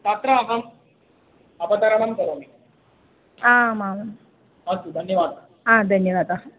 तत्र अहम् अवतरणं करोमि आम् आम् अस्तु धन्यवादः हा धन्यवादाः